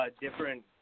different